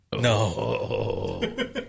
No